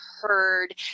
heard